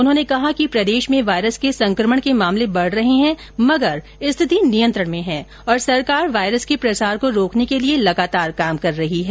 उन्होंने कहा कि राजस्थान में वायरस के संक्रमण के मामले बढ़ रहे है मगर स्थिति नियंत्रण में है और सरकार वायरस के प्रसार को रोकने के लिए लगातार काम कर रही है